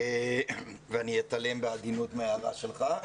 ואני אתעלם בעדינות מההערה שלך.